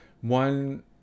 One